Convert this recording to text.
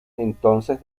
entonces